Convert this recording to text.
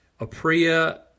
Apriya